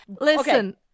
listen